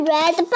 Red